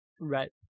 Right